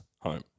home